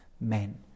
men